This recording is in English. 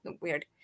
Weird